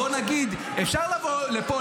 אפשר לבוא לפה,